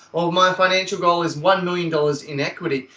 or my financial goal is one million dollars in equity.